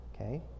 Okay